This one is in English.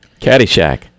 caddyshack